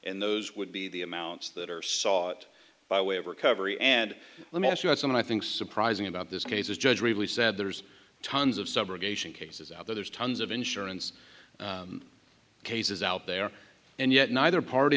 in those would be the amounts that are sought by way of recovery and let me ask you as someone i think surprising about this case is judge really said there's tons of subrogation cases out there there's tons of insurance cases out there and yet neither party